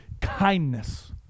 kindness